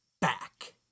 back